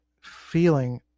feeling